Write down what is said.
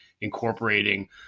incorporating